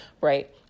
right